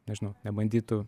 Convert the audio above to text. nežinau nebandytų